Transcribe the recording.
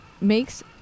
makes